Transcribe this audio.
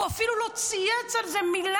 והוא אפילו לא צייץ על זה מילה.